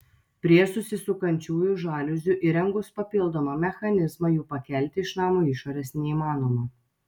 prie susisukančiųjų žaliuzių įrengus papildomą mechanizmą jų pakelti iš namo išorės neįmanoma